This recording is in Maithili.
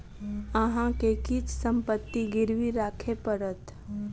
अहाँ के किछ संपत्ति गिरवी राखय पड़त